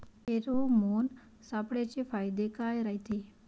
Pheromone सापळ्याचे फायदे काय रायते?